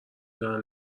دارن